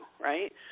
right